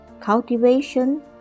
cultivation